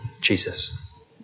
Jesus